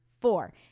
four